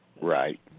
Right